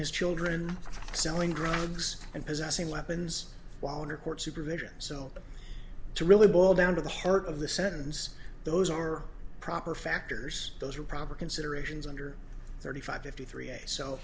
his children selling drugs and possessing weapons while under court supervision so to really boil down to the heart of the sentence those are proper factors those are proper considerations under thirty five fifty three and so